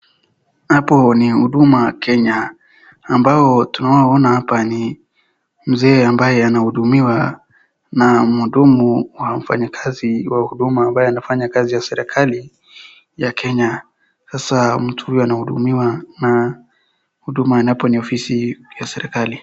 Hapo ni huduma Kenya, ambao tunaoona hapa ni mzee ambaye anahudumiwa na mhudumu au mfanyikazi wa huduma ambaye anafanya kazi na serikali ya Kenya, sasa mtu huyu anahudumiwa na huduma ambapo ni ofisi ya serikali.